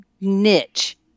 niche